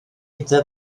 gyda